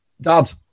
Dad